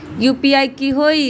UPI की होई?